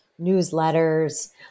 newsletters